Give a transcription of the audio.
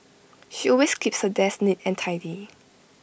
she always keeps her desk neat and tidy